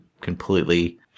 completely